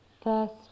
first